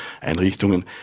Einrichtungen